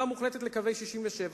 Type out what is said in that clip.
שהסכים לחזרה מוחלטת לקווי 67',